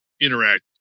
interact